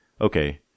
okay